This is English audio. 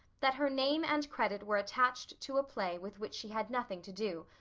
that her name and credit were attached to a play with which she had nothing to do,